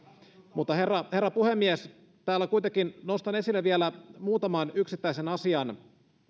herra herra puhemies nostan kuitenkin esille vielä muutaman yksittäisen asian mitä